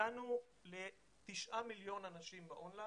הגענו לתשעה מיליון אנשים באון ליין.